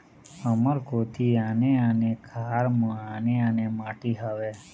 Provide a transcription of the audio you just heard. हमर कोती आने आने खार म आने आने माटी हावे?